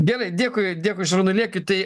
gerai dėkui dėkui šarūnui liekiui tai